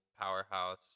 powerhouse